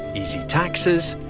easy taxes,